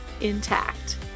intact